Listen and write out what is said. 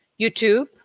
YouTube